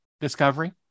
Discovery